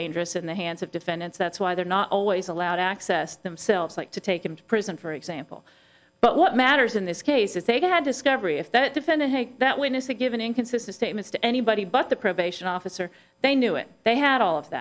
dangerous in the hands of defendants that's why they're not always allowed access themselves like to take him to prison for example but what matters in this case is they had discovered if that defendant take that witness a given inconsistent statements to anybody but the probation officer they knew it they had all of